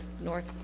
North